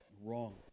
Wrong